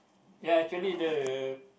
ya actually the